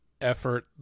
effort